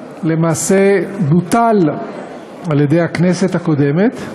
למעשה בוטל על-ידי הכנסת הקודמת,